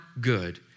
good